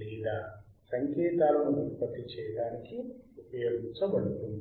లేదా సంకేతాలను ఉత్పత్తి చేయడానికి ఉపయోగించబడుతుంది